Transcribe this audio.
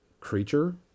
creature